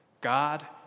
God